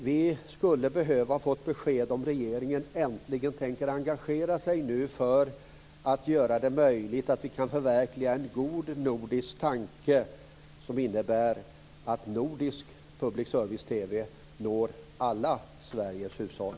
Vi skulle behöva få ett besked om regeringen äntligen tänker engagera sig för att vi ska kunna förverkliga en god nordisk tanke som innebär att nordisk public service-TV når alla Sveriges hushåll.